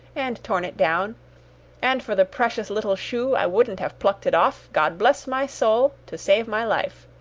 and torn it down and for the precious little shoe, i wouldn't have plucked it off, god bless my soul! to save my life.